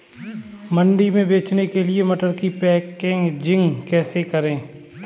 मंडी में बेचने के लिए मटर की पैकेजिंग कैसे करें?